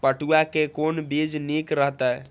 पटुआ के कोन बीज निक रहैत?